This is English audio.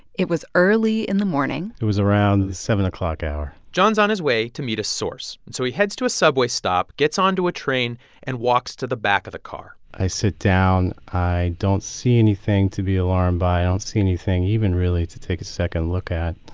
it was early in the morning it was around the seven o'clock hour john's on his way to meet a source. so he heads to a subway stop, gets onto a train and walks to the back of the car i sit down. i don't see anything to be alarmed by. i don't ah see anything even really to take a second look at.